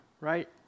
right